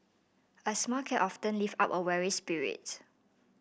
a smile can often lift up a weary spirit